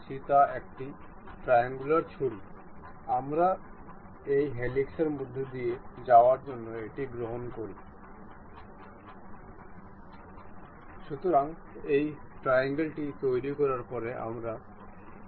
একইভাবে আমাদের একটি অনুরূপ ডিসটেন্সের লিমিট রয়েছে আমাদের এখানে একটি অঙ্গুলার লিমিট রয়েছে